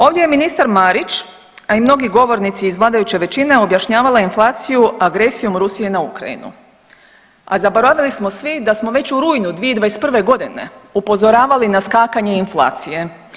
Ovdje je ministar Marić, a i mnogi govornici iz vladajuće većine objašnjavala inflaciju agresiju Rusije na Ukrajinu, a zaboravili smo svi da smo već u rujnu 2021.g. upozoravali na skakanje inflacije.